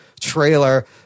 Trailer